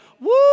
Woo